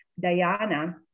Diana